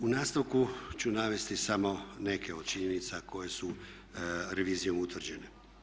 U nastavku ću navesti samo neke od činjenica koje su revizijom utvrđene.